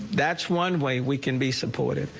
that's one way we can be supportive,